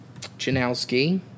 Janowski